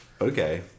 okay